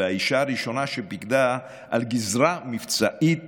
והאישה הראשונה שפיקדה על גזרה מבצעית